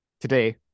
today